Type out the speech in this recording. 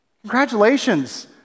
Congratulations